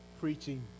preaching